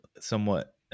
somewhat